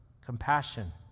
compassion